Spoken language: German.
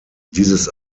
dieses